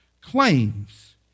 claims